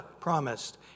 promised